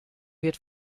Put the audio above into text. wird